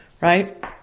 right